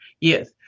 Yes